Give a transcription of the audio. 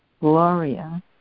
Gloria